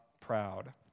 proud